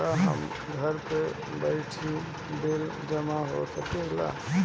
का हम घर बइठे बिल जमा कर शकिला?